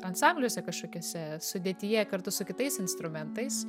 ansambliuose kažkokiuose sudėtyje kartu su kitais instrumentais